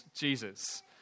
Jesus